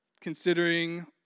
considering